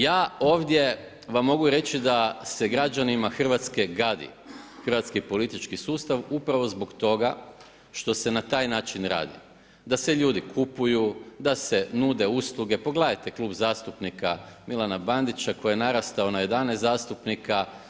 Ja ovdje vam mogu reći da se građanima Hrvatske gadi hrvatski politički sustav, upravo zbog toga što se na taj način radi, da se ljudi kupuju, da se nudi usluge, pogledajte Klub zastupnika Milana Bandića, koji je narastao za 11 zastupnika.